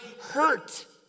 hurt